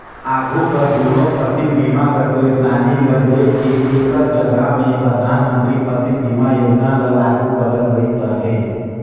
आघु कर दुनो फसिल बीमा कर पइरसानी ल देख के एकर जगहा में परधानमंतरी फसिल बीमा योजना ल लागू करल गइस अहे